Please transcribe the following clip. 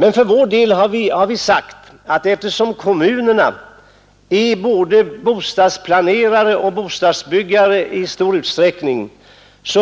Men för vår del har vi sagt att eftersom kommunerna i stor utsträckning är både bostadsplanerare och bostadsbyggare